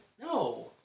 No